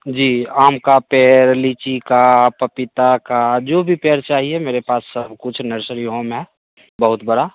जी आम का पेड़ लीची का पपीता का जो भी पेड़ चाहिए मेरे पास सब कुछ नर्सरी होम है बहुत बड़ा